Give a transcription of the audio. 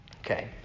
Okay